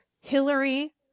Hillary